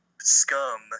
scum